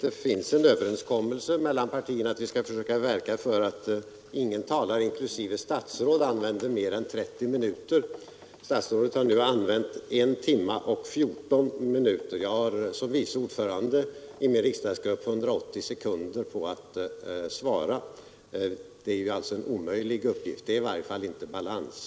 Det finns en överenskommelse mellan partierna att vi skall försöka verka för att ingen talare inklusive statsråd använder mer än 30 minuter. Statsrådet har nu använt I timme och 14 minuter. Jag har som vice ordförande i min riksdagsgrupp 180 sekunder på mig för att svara — det är alltså en omöjlig uppgift. Detta är i varje fall inte balans.